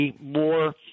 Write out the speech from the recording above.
more